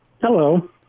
Hello